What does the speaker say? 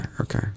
Okay